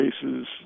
cases